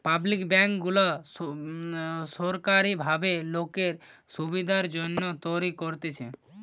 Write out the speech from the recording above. public bank গুলা সোরকারী ভাবে লোকের সুবিধার জন্যে তৈরী করতেছে